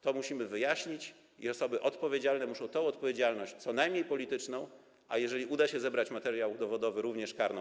To musimy wyjaśnić i osoby odpowiedzialne muszą ponieść odpowiedzialność, co najmniej polityczną, a jeżeli uda się zebrać materiał dowodowy, również karną.